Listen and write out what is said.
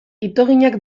itoginak